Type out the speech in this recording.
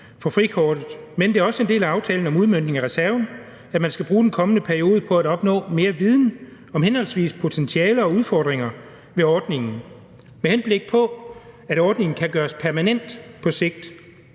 for frikortet, men det er også en del af aftalen om udmøntningen af reserven, at man skal bruge den kommende periode på at opnå mere viden om henholdsvis potentialer og udfordringer med ordningen med henblik på, at ordningen kan gøres permanent på sigt.